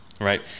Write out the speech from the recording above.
right